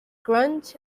crunch